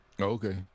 Okay